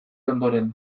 ondoren